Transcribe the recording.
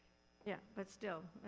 yeah, but still,